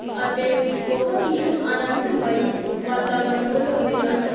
ਅਤੇ ਬਹੁਤ ਹੀ ਆਨੰਦਮਈ ਵਾਤਾਵਰਨ ਬਣਾਉਂਦੇ ਹਨ